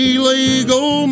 Illegal